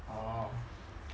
orh